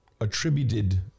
attributed